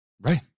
right